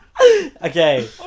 Okay